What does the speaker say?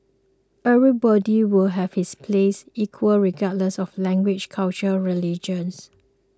everybody would have his place equal regardless of language culture religions